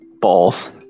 Balls